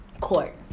court